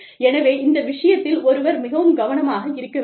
எனவே இந்த விஷயத்தில் ஒருவர் மிகவும் கவனமாக இருக்க வேண்டும்